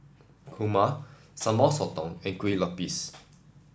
Kurma Sambal Sotong and Kueh Lupis